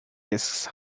discs